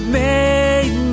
made